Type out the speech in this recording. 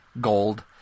gold